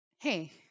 Hey